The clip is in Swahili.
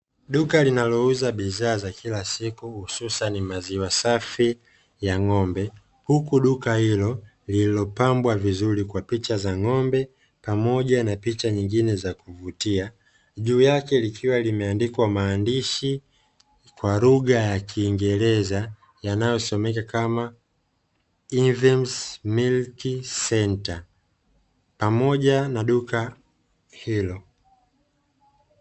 Duka linalouza bidhaa za kila siku hususani maziwa safi ya ng'ombe, huku duka hilo lililopambwa vizuri kwa picha za ng'ombe pamoja na picha nyingine za kuvutia. Juu yake likiwa limeandikwa maandishi kwa lugha ya kiingereza yanayosomeka kama "INVEMZ MILKI CENTRE", pamoja na duka hilo.